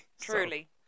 truly